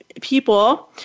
people